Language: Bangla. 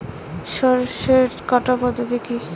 সরষে কাটার পদ্ধতি কি?